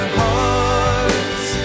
hearts